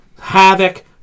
Havoc